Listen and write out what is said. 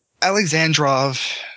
Alexandrov